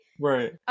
Right